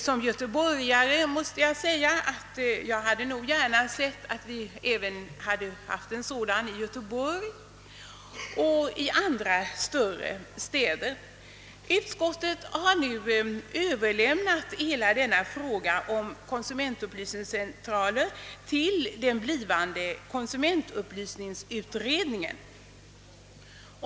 Som <sgöteborgare måste jag säga, att jag nog gärna sett en sådan central även i Göteborg och i andra större städer. Utskottet har nu överlämnat hela denna fråga om konsumentupplysningscentraler till den blivande konsumentupplysningsutredningen.